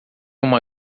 uma